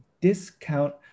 discount